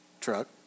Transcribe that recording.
truck